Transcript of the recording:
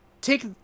take